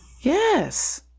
Yes